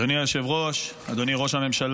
אדוני היושב-ראש, אדוני ראש הממשלה,